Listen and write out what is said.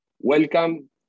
welcome